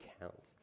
count